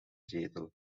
zetel